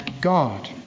God